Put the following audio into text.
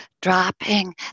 dropping